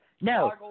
No